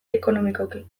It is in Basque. ekonomikoki